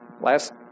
Last